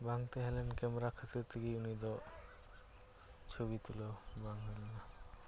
ᱵᱟᱝ ᱛᱟᱦᱮᱸᱞᱮᱱ ᱠᱮᱢᱮᱨᱟ ᱠᱷᱟᱹᱛᱤᱨ ᱛᱮᱜᱮ ᱩᱱᱤᱫᱚ ᱪᱷᱚᱵᱤ ᱛᱩᱞᱟᱹᱣ ᱵᱟᱝ ᱦᱩᱭᱞᱮᱱᱟ